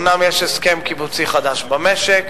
אומנם יש הסכם קיבוצי חדש במשק,